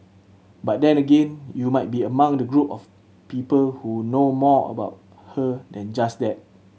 but then again you might be among the group of people who know more about her than just that